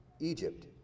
Egypt